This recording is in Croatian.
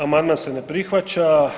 Amandman se ne prihvaća.